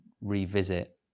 revisit